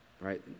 Right